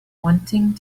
wanting